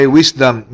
wisdom